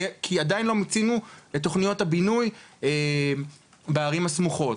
כי עדיין לא מיצינו את תוכניות הבינוי בערים הסמוכות.